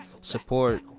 Support